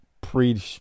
pre